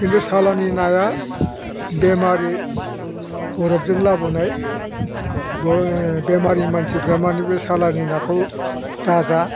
किन्तु सालानि नाया बेमारि बरफजों लाबोनाय बेमारि मानसिफ्रा माने बे सालानि नाखौ दा जा